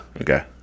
Okay